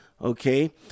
okay